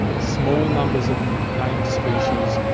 small numbers of named species,